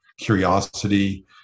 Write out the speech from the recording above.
curiosity